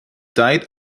died